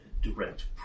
direct